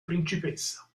principessa